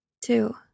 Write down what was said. Two